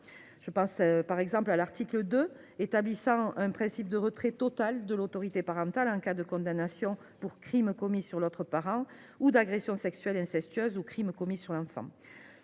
importantes. Ainsi, l’article 2 établit le principe d’un retrait total de l’autorité parentale en cas de condamnation pour crime commis sur l’autre parent ou d’agression sexuelle incestueuse ou crime commis sur l’enfant.